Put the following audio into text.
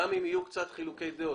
גם אם יהיו קצת חילוקי דעות